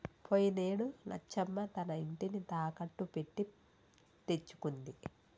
పోయినేడు లచ్చమ్మ తన ఇంటిని తాకట్టు పెట్టి తెచ్చుకుంది